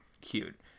cute